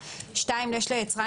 (2) יש ליצרן,